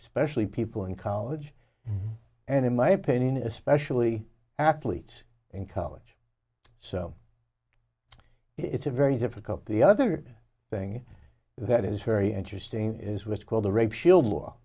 especially people in college and in my opinion especially athletes in college so it's a very difficult the other thing that is very interesting is what's called the